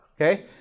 Okay